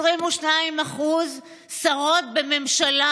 22% שרות בממשלה,